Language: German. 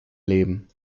leben